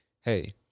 hey